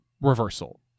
reversal